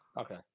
Okay